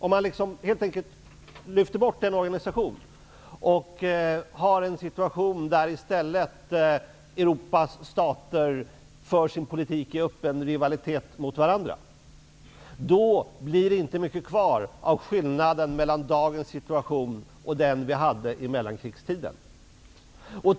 Om man helt enkelt lyfter bort den organisationen och Europas stater i stället för sin politik i öppen rivalitet mot varandra blir det inte mycket kvar av skillnaden mellan dagens situation och den vi hade i mellankrigstiden.